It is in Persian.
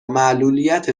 معلولیت